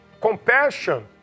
compassion